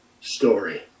story